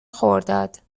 خرداد